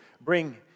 bring